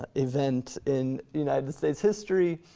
ah event in united states history.